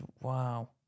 wow